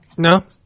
No